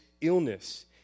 illness